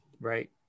Right